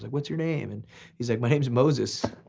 what's your name. and he's like, my name's moses.